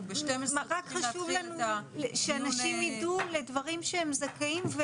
חשוב שאנשים ידעו לדברים שהם זכאים.